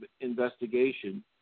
investigation